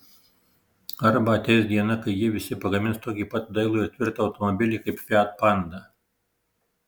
arba ateis diena kai jie visi pagamins tokį pat dailų ir tvirtą automobilį kaip fiat panda